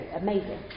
amazing